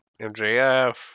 MJF